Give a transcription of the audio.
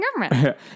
government